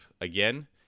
again